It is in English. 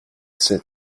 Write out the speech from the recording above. said